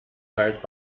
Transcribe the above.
hurt